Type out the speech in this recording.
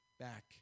back